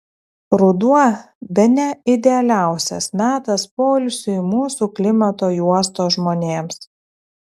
ruduo bene idealiausias metas poilsiui mūsų klimato juostos žmonėms